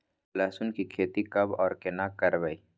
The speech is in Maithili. लहसुन की खेती कब आर केना करबै?